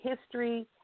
history